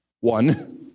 One